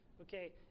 Okay